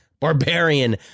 Barbarian